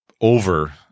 over